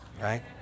right